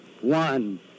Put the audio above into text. one